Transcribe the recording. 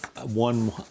one